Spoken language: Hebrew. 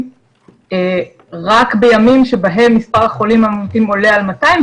רק בימים שבהם מספר החולים המאומתים עולה על 200,